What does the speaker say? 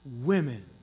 women